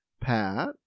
Pat